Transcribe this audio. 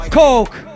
coke